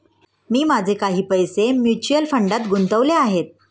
मी माझे काही पैसे म्युच्युअल फंडात गुंतवले आहेत